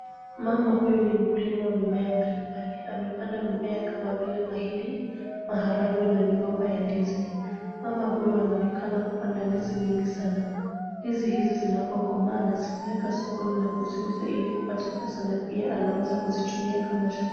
Mama huyu ni mkulima wa mimea mbalimbali. Amepanda mimea kama vile mahindi, maharagwe na migomba ya ndizi. Mama huyu anaonekana kupanda ndizi nyingi sana. Ndizi hizi zinapokomaa anazipeleka sokoni na kuziuza ili kupata pesa na pia anaeza kuzitumia kama chakula.